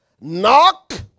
Knock